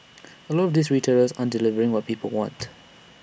A lot of these retailers aren't delivering what people want